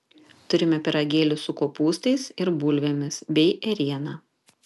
turime pyragėlių su kopūstais ir bulvėmis bei ėriena